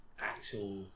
actual